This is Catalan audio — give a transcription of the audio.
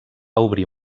obrir